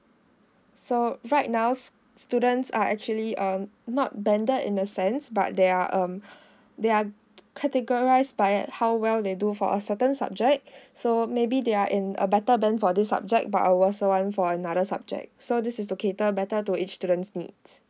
so right now s~ students are actually uh not banded in the sense but they are um they are categorised by at how well they do for a certain subject so maybe they are in a better band for this subject but a worser one for another subject so this is to cater better to each student's needs